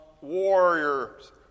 warriors